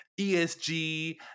ESG